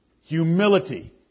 Humility